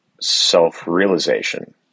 self-realization